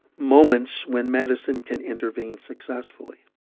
moments when medicine can intervene successfully